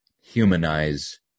humanize